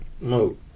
No